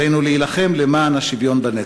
עלינו להילחם למען השוויון בנטל.